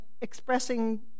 expressing